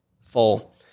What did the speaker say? full